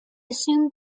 assume